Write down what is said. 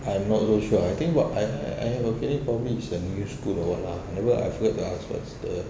I'm not so sure I think what I I have a feeling probably it's an english school or what lah I never I heard lah I forget to ask what's the